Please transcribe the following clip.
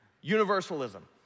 Universalism